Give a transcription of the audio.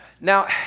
Now